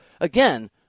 again